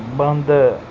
ਬੰਦ